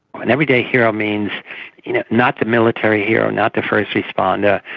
an everyday hero means you know not the military hero, not the first responder,